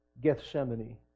Gethsemane